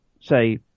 say